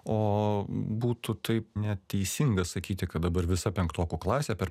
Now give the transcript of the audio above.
o būtų taip neteisinga sakyti kad dabar visa penktokų klasė per